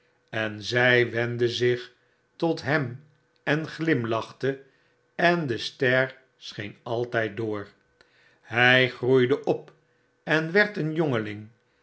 en zy wendde zich tot hem en glimlachte en de ster scheen altyd door hq groeide op en werd een